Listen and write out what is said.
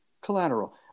Collateral